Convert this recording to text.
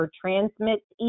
transmits